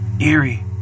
Eerie